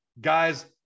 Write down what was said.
Guys